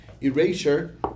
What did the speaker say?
erasure